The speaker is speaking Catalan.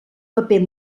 paper